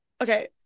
okay